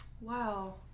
wow